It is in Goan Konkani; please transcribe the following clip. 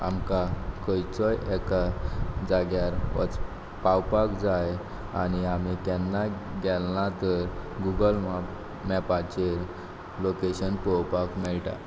आमकां खंयचोय एका जाग्यार वच पावपाक जाय आनी तेन्ना गेल ना तर गुगल मप मॅपाचेर लोकेशन पळोपाक मेळटा